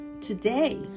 today